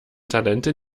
talente